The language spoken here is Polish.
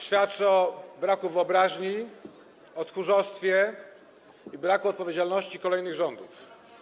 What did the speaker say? Świadczy o braku wyobraźni, tchórzostwie i braku odpowiedzialności kolejnych rządów.